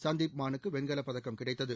சந்தீப் மானுக்கு வெண்கலப் பதக்கம் கிடைத்தது